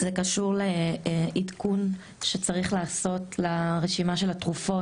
זה קשור לעדכון שצריך לעשות לרשימה של התרופות.